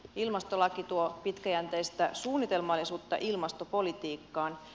ilmastolaki tuo pitkäjänteistä suunnitelmallisuutta ilmastopolitiikkaan